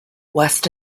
west